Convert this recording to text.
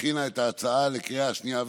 שהכינה את ההצעה לקריאה שנייה ושלישית,